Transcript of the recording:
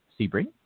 Sebring